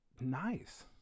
nice